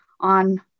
on